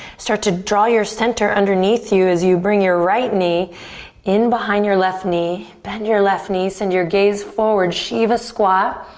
start to draw your center underneath you as you bring your right knee in behind your left knee. bend your left knee, send your gaze forward. shiva squat.